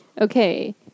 Okay